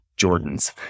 Jordans